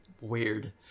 weird